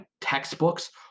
textbooks